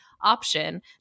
option